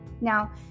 Now